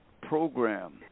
program